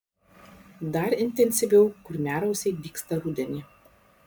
dar intensyviau kurmiarausiai dygsta rudenį